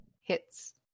Hits